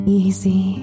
easy